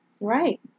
Right